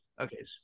Okay